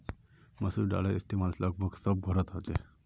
मसूर दालेर इस्तेमाल लगभग सब घोरोत होछे